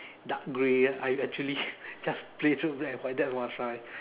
dark grey I actually just played through black and white that was my